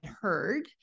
heard